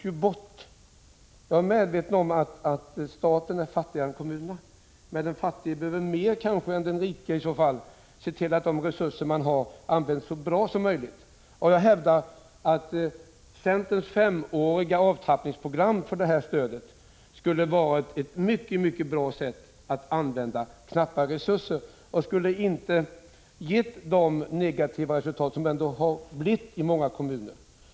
Jag är medveten om att staten är fattigare än kommunerna, men den fattige behöver mer än den rike se till att de resurser han har används så bra som möjligt. Jag hävdar att centerns förslag om en femårig nedtrappning av stödet skulle ha varit ett mycket bra sätt att använda knappa resurser. Vårt program skulle inte ha gett de negativa resultat som vi nu har fått i många kommuner.